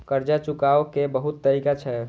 कर्जा चुकाव के बहुत तरीका छै?